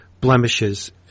blemishes